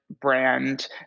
brand